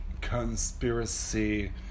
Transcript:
conspiracy